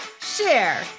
share